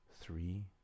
three